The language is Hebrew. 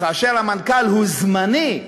וכאשר המנכ"ל הוא זמני,